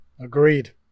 Agreed